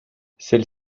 celle